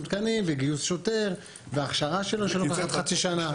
תקנים וגיוס שוטר והכשרה שלו שלוקחת חצי שנה.